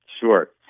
Sure